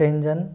व्यंजन